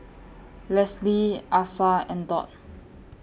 Leslie Asa and Dot